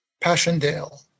Passchendaele